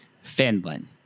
Finland